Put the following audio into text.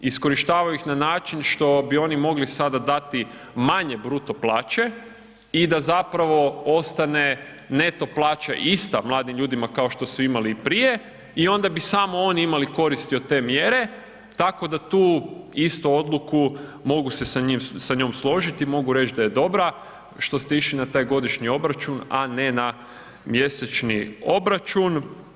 Iskorištavaju ih na način što bi oni mogli sada dati manje bruto plaće i da zapravo ostane neto plaća ista mladim ljudima kao što su imali i prije i onda bi samo oni imali koristi od te mjere, tako da tu isto odluku mogu se sa njom složiti, mogu reći da je dobra što ste išli na taj godišnji obračun, a ne na mjesečni obračun.